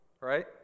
right